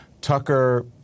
Tucker